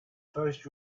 first